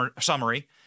summary